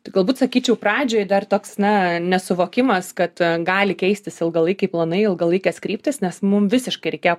tai galbūt sakyčiau pradžioj dar toks na nesuvokimas kad gali keistis ilgalaikiai planai ilgalaikės kryptys nes mum visiškai reikėjo